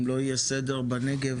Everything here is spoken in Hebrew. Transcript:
אם לא יהיה סדר בנגב